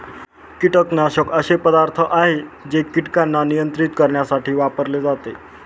कीटकनाशक असे पदार्थ आहे जे कीटकांना नियंत्रित करण्यासाठी वापरले जातात